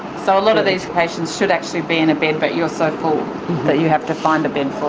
so a lot of these patients should actually be in a bed but you're so full that you have to find a bed for